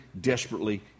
desperately